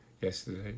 yesterday